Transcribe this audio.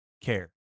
care